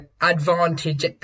advantage